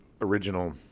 original